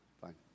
fine